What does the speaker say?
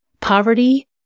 poverty